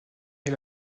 est